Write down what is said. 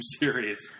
series